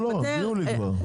כבר הודיעו לי.